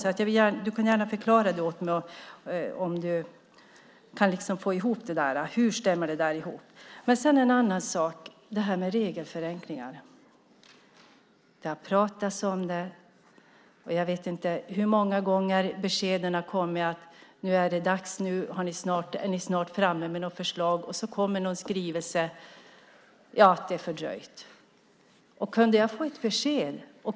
Förklara gärna för mig hur det går ihop. Jag vill åter ta upp regelförenklingarna. Det har pratats om dem, och jag vet inte hur många gånger vi fått beskedet att det snart är dags, att ni snart lägger fram ett förslag. Sedan kommer en skrivelse att det hela blivit fördröjt.